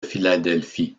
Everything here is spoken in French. philadelphie